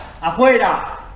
afuera